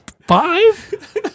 five